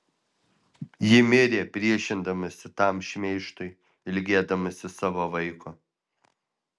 ji mirė priešindamasi tam šmeižtui ilgėdamasi savo vaiko